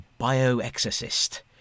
bioexorcist